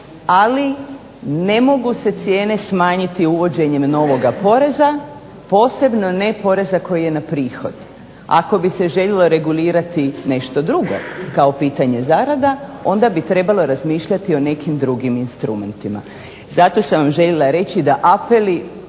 Ali ne mogu se cijene smanjiti uvođenjem novoga poreza posebno ne poreza koji je na prihod. Ako bi se željelo regulirati nešto drugo kako pitanje zarada, onda bi trebalo razmišljati o nekim drugim instrumentima. Zato sam vam željela reći da apeli